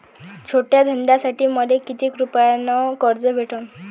छोट्या धंद्यासाठी मले कितीक रुपयानं कर्ज भेटन?